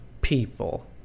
people